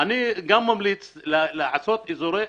אני ממליץ לעשות אזורי